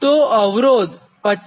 તો અવરોધ 25